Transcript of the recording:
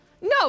No